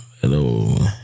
hello